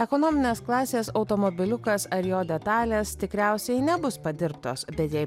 ekonominės klasės automobiliukas ar jo detalės tikriausiai nebus padirbtos bet jei